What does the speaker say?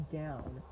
down